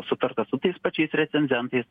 sutarta su tais pačiais recenzentais